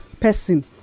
person